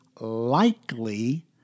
likely